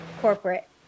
corporate